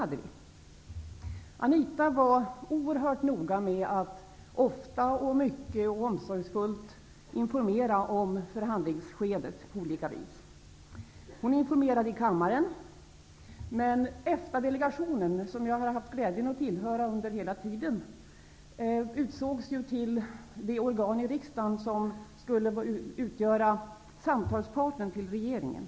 Anita Gradin var oerhört noga med att på olika sätt ofta, mycket och omsorgsfullt informera om förhandlinsskedet. Hon informerade i kammaren. Men EFTA-delegationen, som jag har haft glädjen att tillhöra, utsågs till det organ i riksdagen som skulle utgöra samtalspartner till regeringen.